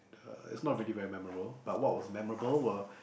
uh it's not really very memorable but what was memorable were